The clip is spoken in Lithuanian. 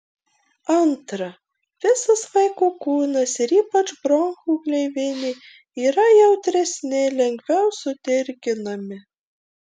antra visas vaiko kūnas ir ypač bronchų gleivinė yra jautresni lengviau sudirginami